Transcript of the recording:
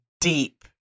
deep